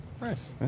Nice